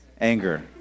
anger